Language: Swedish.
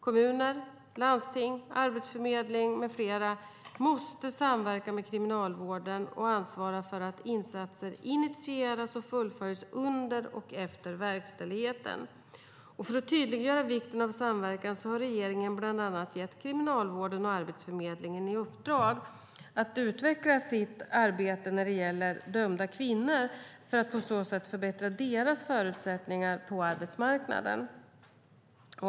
Kommuner, landsting och arbetsförmedling med flera måste i samverkan med Kriminalvården ansvara för att insatser initieras och fullföljs under och efter verkställigheten. För att tydliggöra vikten av samverkan har regeringen bland annat gett Kriminalvården och Arbetsförmedlingen i uppdrag att utveckla sitt arbete när det gäller dömda kvinnor för att på så sätt förbättra deras förutsättningar på arbetsmarknaden.